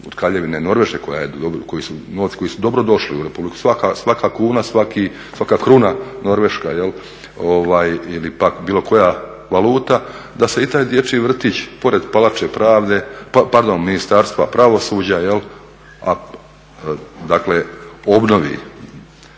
od Kraljevine Norveške, novci koji su dobrodošli u RH, svaka kruna norveška jel' ili pak bilo koja valuta, da se i taj dječji vrtić pored Palače pravde, pardon Ministarstva pravosuđa jel' obnovi.